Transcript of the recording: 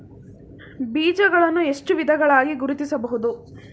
ಬೀಜಗಳನ್ನು ಎಷ್ಟು ವಿಧಗಳಾಗಿ ಗುರುತಿಸಬಹುದು?